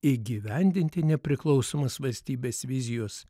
įgyvendinti nepriklausomos valstybės vizijos